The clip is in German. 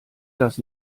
das